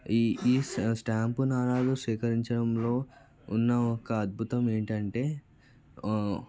ఈ ఈ స్టాంపులు నాణాలు స్వీకరించడంలో ఉన్న ఒక అద్భుతం ఏంటంటే